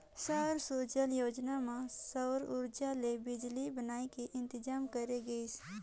सौर सूजला योजना मे सउर उरजा ले बिजली बनाए के इंतजाम करे गइस